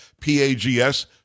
P-A-G-S